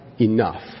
enough